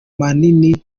manini